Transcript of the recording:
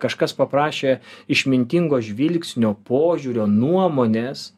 kažkas paprašė išmintingo žvilgsnio požiūrio nuomonės